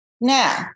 Now